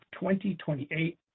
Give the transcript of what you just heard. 2028